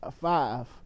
five